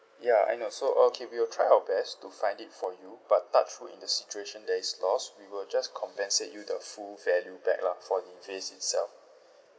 ya I know so okay we'll try our best to find it for you but touch wood in the situation that it's lost we will just compensate you the full value back lah for the vase itself